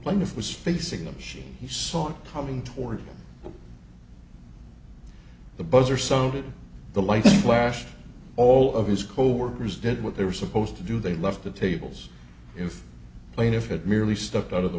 plaintiff was facing a machine he saw coming toward the buzzer sounded the lights flash all of his coworkers did what they were supposed to do they left the tables if plaintiff had merely stepped out of the